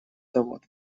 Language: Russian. завод